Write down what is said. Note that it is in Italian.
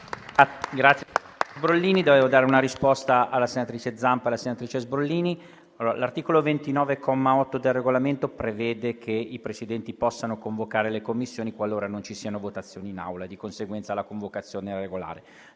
Dovevo dare una risposta alle senatrici Zampa e Sbrollini. L'articolo 29, comma 8, del Regolamento prevede che i Presidenti possano convocare le Commissioni qualora non ci siano votazioni in Aula. Di conseguenza, la convocazione è regolare.